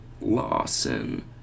Lawson